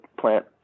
plant